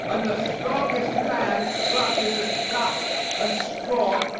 and the strongest man clutches at dust and straw,